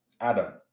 Adam